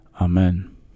amen